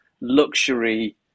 luxury